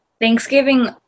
Thanksgiving